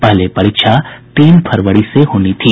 पहले परीक्षा तीन फरवरी से होनी थी